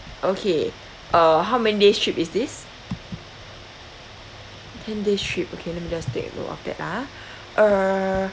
okay uh how many days trip is this ten days trip okay let me just take note of that ah err